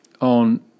on